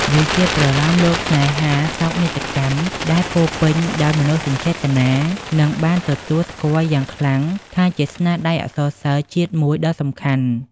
វាជាប្រលោមលោកស្នេហាសោកនាដកម្មដែលពោរពេញដោយមនោសញ្ចេតនា និងបានទទួលស្គាល់យ៉ាងខ្លាំងថាជាស្នាដៃអក្សរសិល្ប៍ជាតិមួយដ៏សំខាន់។